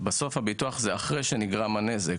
הרי הביטוח זה אחרי שנגרם הנזק.